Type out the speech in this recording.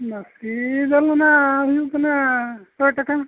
ᱢᱟᱹᱥᱤ ᱫᱟᱹᱞ ᱫᱚ ᱦᱟᱜ ᱦᱩᱭᱩᱜ ᱠᱟᱱᱟ ᱥᱚᱭ ᱴᱟᱠᱟ